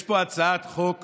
יש פה הצעת חוק